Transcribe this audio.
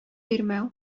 бирмәү